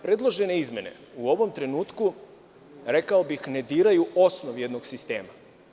Predložene izmene u ovom trenutku, rekao bih, ne diraju osnov jednog sistema.